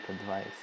advice